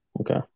okay